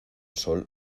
sol